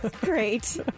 great